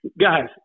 Guys